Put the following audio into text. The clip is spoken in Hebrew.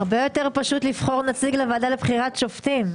הרבה יותר פשוט לבחור נציג לוועדה לבחירת שופטים.